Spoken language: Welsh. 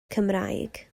cymraeg